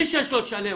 מי שיש לו לשלם,